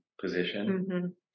position